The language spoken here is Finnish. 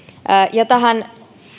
ja tähän